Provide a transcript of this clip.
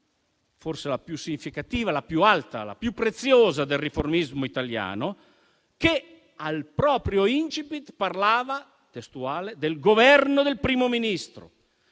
forse la pagina più significativa, la più alta, più preziosa del riformismo italiano, che al proprio *incipit* parlava del Governo del Primo Ministro